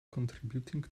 contributing